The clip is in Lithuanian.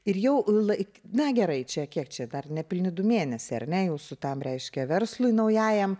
ir jau laiko na gerai čia kiek čia dar nepilni du mėnesiai ar ne jūsų tam reiškia verslui naujajam